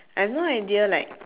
I have no idea like